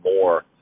more